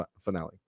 finale